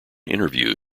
interview